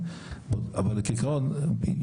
דובר אז על הנושא של הכשרות צוותים.